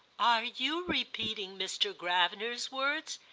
are you repeating mr. gravener's words?